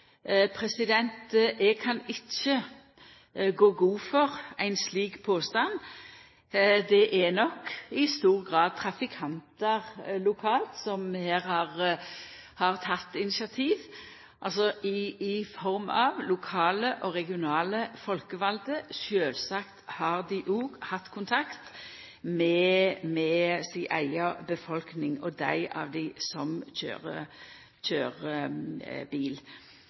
Eg kan ikkje gå god for ein slik påstand. Det er nok i stor grad trafikantar lokalt som her har teke initiativ, og lokale og regionale folkevalde har sjølvsagt hatt kontakt med si eiga befolkning – og dei